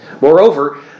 Moreover